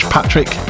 Patrick